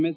S